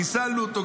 חיסלנו אותו,